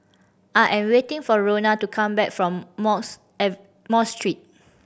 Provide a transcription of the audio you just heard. I am waiting for Roena to come back from Mosque Street